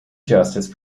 justice